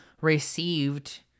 received